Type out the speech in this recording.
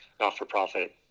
not-for-profit